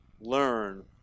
learn